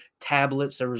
tablets